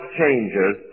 changes